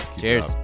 cheers